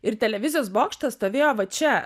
ir televizijos bokštas stovėjo va čia